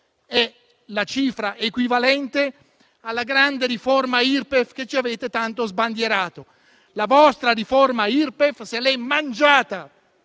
Questa cifra è equivalente alla grande riforma Irpef che ci avete tanto sbandierato. La vostra riforma Irpef se l'è mangiata